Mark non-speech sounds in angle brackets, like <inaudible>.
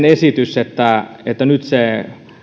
<unintelligible> esitys että että nyt